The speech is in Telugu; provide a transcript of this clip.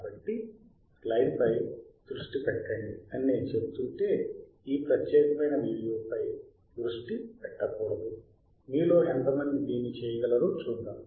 కాబట్టి స్లైడ్ పై దృష్టి పెట్టండి అని నేను చెప్తుంటే ఈ ప్రత్యేకమైన వీడియోపై దృష్టి పెట్టకూడదు మీలో ఎంతమంది దీన్ని చేయగలరో చూద్దాం